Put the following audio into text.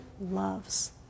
loves